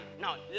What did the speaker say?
now